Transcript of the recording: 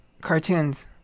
cartoons